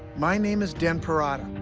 my name is dan parada.